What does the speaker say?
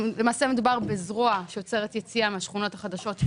למעשה מדובר בזרוע של יציאה מהשכונות החדשות של